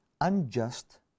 unjust